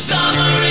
Summer